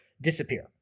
disappear